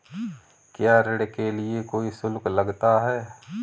क्या ऋण के लिए कोई शुल्क लगता है?